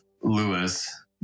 Lewis